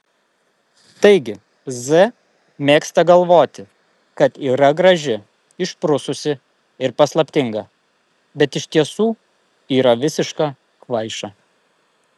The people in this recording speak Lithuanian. taigi z mėgsta galvoti kad yra graži išprususi ir paslaptinga bet iš tiesų yra visiška kvaiša